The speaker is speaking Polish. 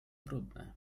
brudne